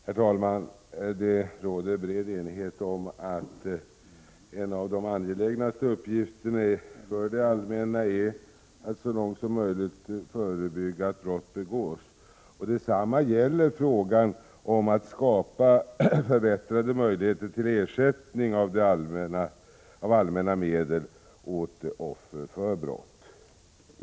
Herr talman! Det råder enighet om att en av de angelägnaste uppgifterna för det allmänna är att så långt möjligt förebygga att brott begås. Detsamma gäller frågan om att skapa förbättrade möjligheter till ersättning av allmänna medel åt offer för brott.